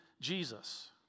Jesus